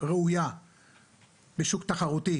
ראויה לשוק תחרותי